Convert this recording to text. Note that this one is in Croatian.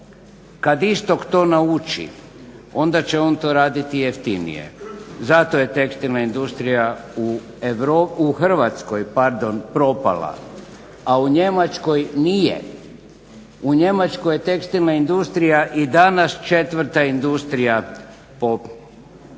Kad istok to nauči onda će on to raditi jeftinije, zato je tekstilna industrija u Hrvatskoj propala, a u Njemačkoj nije. U Njemačkoj je tekstilna industrija i danas 4 industrija po